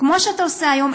כמו שאתה עושה היום,